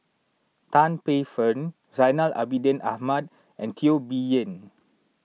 Tan Paey Fern Zainal Abidin Ahmad and Teo Bee Yen